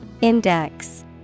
Index